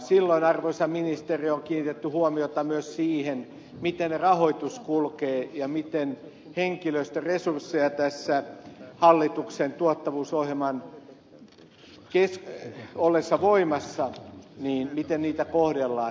silloin arvoisa ministeri on kiinnitetty huomiota myös siihen miten rahoitus kulkee ja miten henkilöstöresursseja tässä hallituksen tuottavuusohjelman ollessa voimassa kohdellaan